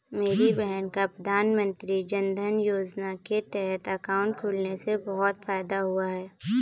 मेरी बहन का प्रधानमंत्री जनधन योजना के तहत अकाउंट खुलने से बहुत फायदा हुआ है